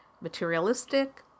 materialistic